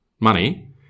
money